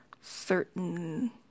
certain